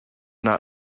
not